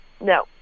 no